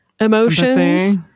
emotions